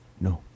no